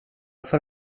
för